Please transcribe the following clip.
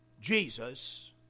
Jesus